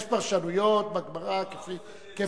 יש פרשנויות בגמרא --- הגמרא בסנהדרין.